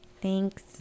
Thanks